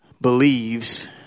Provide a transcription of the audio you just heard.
believes